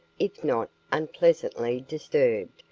if not unpleasantly disturbed,